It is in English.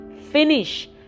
finish